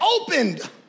opened